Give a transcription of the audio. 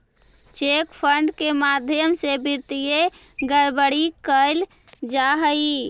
cheque fraud के माध्यम से वित्तीय गड़बड़ी कैल जा हइ